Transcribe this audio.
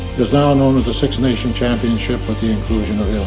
it's now known as the six nation championship with the inclusion of